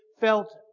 felt